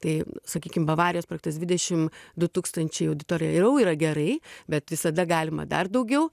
tai sakykim bavarijos projektas dvidešim du tūkstančiai auditorijoj ir au yra gerai bet visada galima dar daugiau